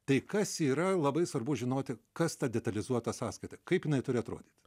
tai kas yra labai svarbu žinoti kas ta detalizuota sąskaita kaip jinai turi atrodyti